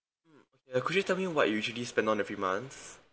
uh could you tell me what you usually spend on every month